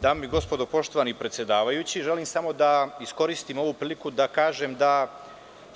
Dame i gospodo, poštovani predsedavajući, želim samo da iskoristim ovu priliku da kažem da